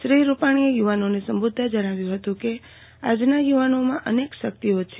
શ્રી રૂપાણીએ યુવાનોને સંબોધતા જણાવ્યું હતું કે આજના યુવાનોમાં અનેક શક્તિઓ છે